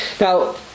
Now